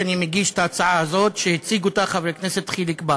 שאני מגיש את ההצעה הזאת שהציג חבר הכנסת חיליק בר.